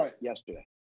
yesterday